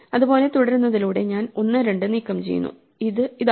ഇതുപോലെ തുടരുന്നതിലൂടെ ഞാൻ 1 2 നീക്കംചെയ്യുന്നു ഇത് ഇതാണ്